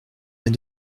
mais